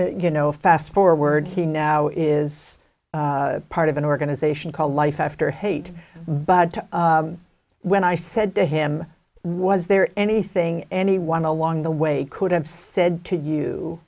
you know fast forward he now is part of an organization called life after hate to when i said to him was there anything anyone along the way could have said to you